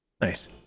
Nice